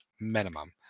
minimum